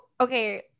okay